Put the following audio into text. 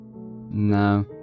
No